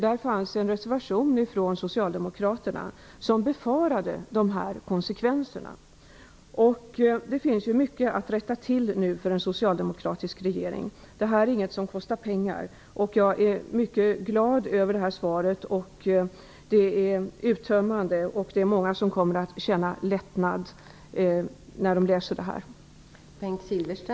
Det fanns en reservation från socialdemokraterna där man befarade de här konsekvenserna. Nu finns det mycket att rätta till för en socialdemokratisk regering. Detta är ingenting som kostar pengar. Jag är mycket glad över svaret. Det är uttömmande. Många kommer att känna lättnad när de läser detta.